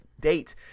date